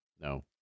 No